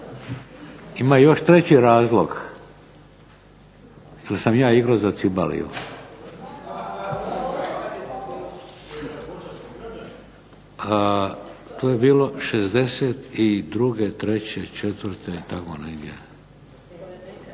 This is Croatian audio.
Ima još treći razlog, jer sam ja igrao za Cibaliu. To je bilo '62., '63., '64., tamo negdje.